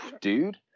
Dude